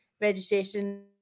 registration